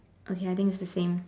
okay I think is the same